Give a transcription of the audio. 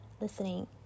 listening